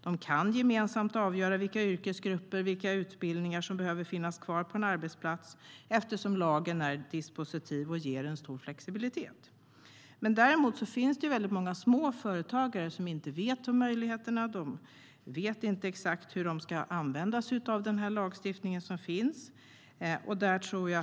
De kan gemensamt avgöra vilka yrkesgrupper och utbildningar som behöver finnas kvar på en arbetsplats eftersom lagen är dispositiv och ger en stor flexibilitet. Det finns dock många småföretagare som inte känner till möjligheterna och som inte vet exakt hur de ska använda sig av lagstiftningen.